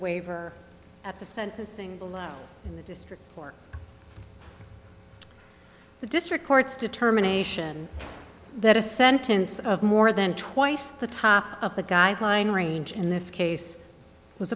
waiver at the sentencing in the district for the district courts determination that a sentence of more than twice the top of the guideline range in this case was